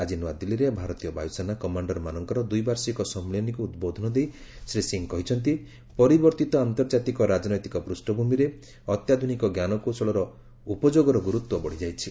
ଆଜି ନୂଆଦିଲ୍ଲୀରେ ଭାରତୀୟ ବାୟୁସେନା କମାଣ୍ଡରମାନଙ୍କର ଦ୍ୱିବାର୍ଷିକ ସମ୍ମିଳନୀକୁ ଉଦ୍ବୋଧନ ଦେଇ ଶ୍ରୀ ସିଂହ କହିଛନ୍ତି ପରିବର୍ତ୍ତିତ ଆନ୍ତର୍ଜାତିକ ରାଜନୈତିକ ପୃଷ୍ଠ ଭୂମିରେ ଅତ୍ୟାଧୁନିକ ଜ୍ଞାନକୌଶଳର ଉପଯୋଗର ଗୁରୁତ୍ୱ ବଢ଼ିଯାଇଛି